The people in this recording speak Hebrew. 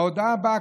ההודעה באה,